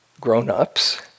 grown-ups